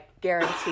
guarantee